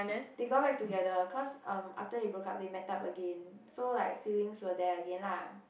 they got back together cause um after they broke up they met up again so like feelings were there again lah